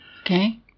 okay